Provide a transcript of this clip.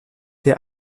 der